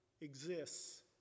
exists